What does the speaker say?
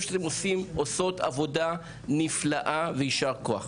שאתם עושים ועושות עבודה נפלאה ויישר כוח.